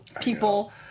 people